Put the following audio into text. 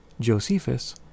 Josephus